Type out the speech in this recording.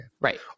Right